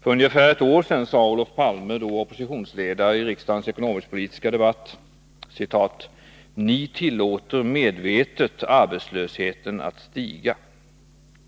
För ungefär ett år sedan sade Olof Palme, då oppositionsledare, i riksdagens ekonomisk-politiska debatt: ”Ni tillåter medvetet arbetslösheten att stiga.